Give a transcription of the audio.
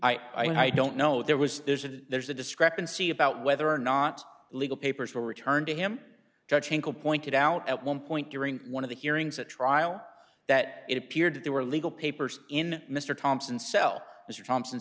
don't i don't know there was there's a there's a discrepancy about whether or not legal papers were returned to him judge pointed out at one point during one of the hearings at trial that it appeared that there were legal papers in mr thompson cell mr thompson